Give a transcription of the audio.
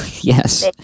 yes